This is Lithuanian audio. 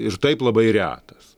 ir taip labai retas